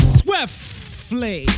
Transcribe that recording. swiftly